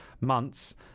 months